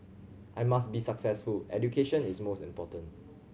I must be successful education is most important